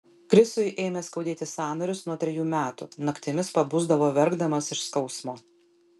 krisui ėmė skaudėti sąnarius nuo trejų metų naktimis pabusdavo verkdamas iš skausmo